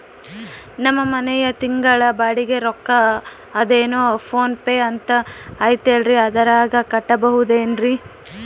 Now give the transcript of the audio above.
ನಮ್ಮ ಮನೆಯ ತಿಂಗಳ ಬಾಡಿಗೆ ರೊಕ್ಕ ಅದೇನೋ ಪೋನ್ ಪೇ ಅಂತಾ ಐತಲ್ರೇ ಅದರಾಗ ಕಟ್ಟಬಹುದೇನ್ರಿ?